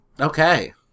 Okay